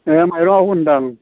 ए माइरंखौ होनदों आं